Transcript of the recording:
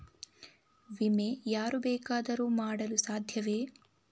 ವಿಮೆ ಯಾರು ಬೇಕಾದರೂ ಮಾಡಲು ಸಾಧ್ಯವೇ?